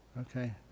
Okay